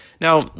Now